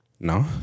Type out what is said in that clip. No